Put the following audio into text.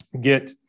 get